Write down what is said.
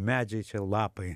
medžiai čia lapai